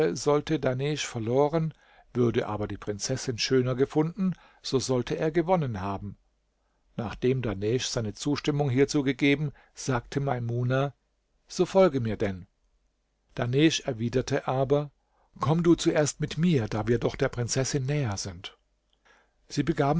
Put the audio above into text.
sollte dahnesch verloren würde aber die prinzessin schöner gefunden so sollte er gewonnen haben nachdem dahnesch seine zustimmung hierzu gegeben sagte maimuna so folge mir denn dahnesch erwiderte aber komm du zuerst mit mir da wir doch der prinzessin näher sind sie begaben